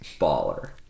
Baller